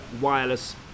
wireless